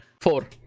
Four